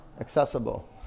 accessible